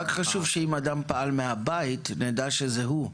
חשוב שאם אדם פעל מהבית, נדע שזה הוא.